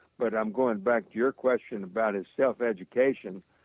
but i am going back to your question about his self-education.